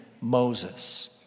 Moses